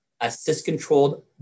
assist-controlled